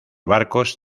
barcos